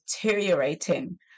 deteriorating